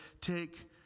take